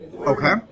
Okay